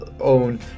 own